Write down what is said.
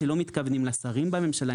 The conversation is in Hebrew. לא מתכוונים לשרים בממשלה,